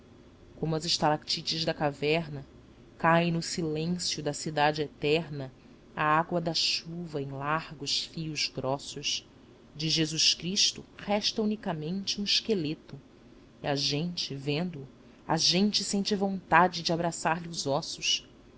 como as estalactites da caverna cai no silêncio da cidade eterna a água da chuva em largos fios grossos de jesus cristo resta unicamente um esqueleto e a gente vendo-o a gente sente vontade de abraçar lhe os ossos